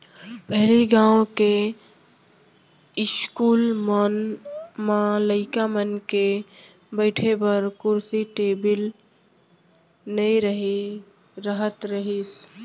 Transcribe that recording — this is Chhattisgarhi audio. पहिली गॉंव के इस्कूल मन म लइका मन के बइठे बर कुरसी टेबिल नइ रहत रहिस